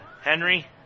Henry